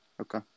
Okay